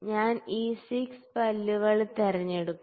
ഞാൻ ഈ 6 പല്ലുകൾ തിരഞ്ഞെടുക്കും